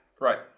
right